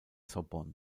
sorbonne